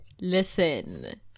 Listen